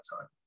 time